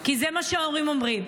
כי זה מה שההורים אומרים.